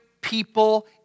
people